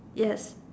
yes